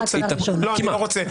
אני לא רוצה.